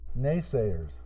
naysayers